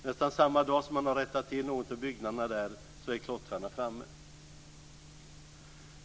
Nästan samma dag som man har rättat till någon av byggnaderna där är klottrarna framme.